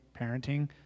Parenting